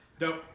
Nope